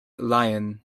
lyon